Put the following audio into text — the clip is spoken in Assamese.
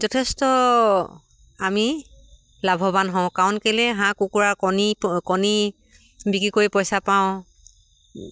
যথেষ্ট আমি লাভৱান হওঁ কাৰণ কেলেই হাঁহ কুকুৰা কণী কণী বিক্ৰী কৰি পইচা পাওঁ